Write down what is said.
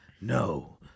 No